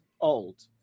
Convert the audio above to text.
old